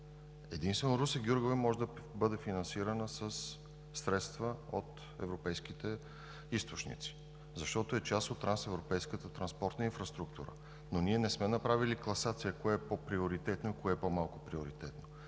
Единствено Русе – Гюргево може да бъде финансиран със средства от европейските източници, защото е част от трансевропейската транспортна инфраструктура. Ние не сме направили класация кое е по-приоритетно и кое е по-малко приоритетно.